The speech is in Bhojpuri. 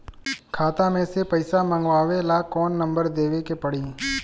खाता मे से पईसा मँगवावे ला कौन नंबर देवे के पड़ी?